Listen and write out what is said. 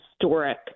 historic